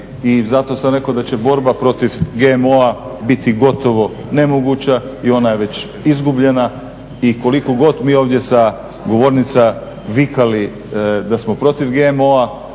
zato sam rekao da će borba protiv GMO-a biti gotovo nemoguća i ona je već izgubljena. I koliko god mi ovdje sa govornica vikali da smo protiv GMO-a,